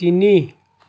তিনি